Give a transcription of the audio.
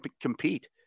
compete